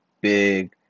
Big